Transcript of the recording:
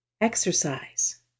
Exercise